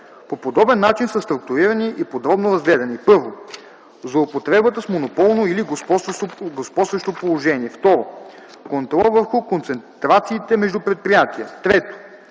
По подобен начин са структурирани и подробно разгледани: 1. Злоупотребата с монополно или господстващо положение. 2. Контролът върху концентрациите между предприятия. 3.